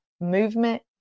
movement